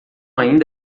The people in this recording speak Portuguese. ainda